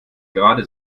gerade